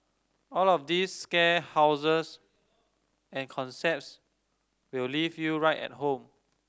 all of these scare houses and concepts will leave you right at home